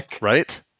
Right